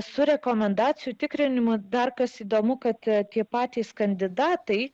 su rekomendacijų tikrinimo dar kas įdomu kad tie patys kandidatai